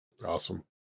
awesome